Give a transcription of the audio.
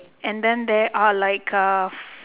and there are like uh